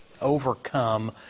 overcome